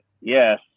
Yes